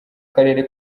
karere